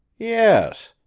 yes.